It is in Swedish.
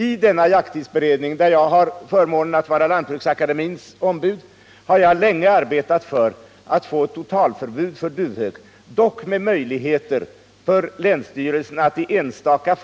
I denna jakttidsberedning, där jag har förmånen att vara Lantbruksakademins ombud, har jag länge arbetat för att få ett totalförbud när det gäller duvhök, dock med möjligheter för länsstyrelsen att i enstaka